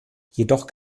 jedoch